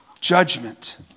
judgment